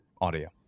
audio